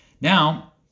Now